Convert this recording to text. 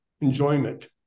enjoyment